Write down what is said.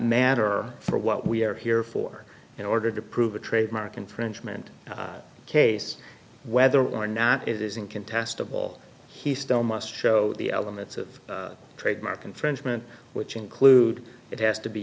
matter for what we are here for in order to prove a trademark infringement case whether or not it is in contestable he still must show the elements of trademark infringement which include it has to be